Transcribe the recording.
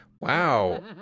Wow